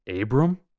Abram